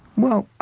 well,